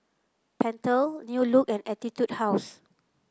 Pentel New Look and Etude House